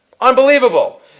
Unbelievable